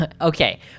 Okay